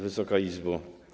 Wysoka Izbo!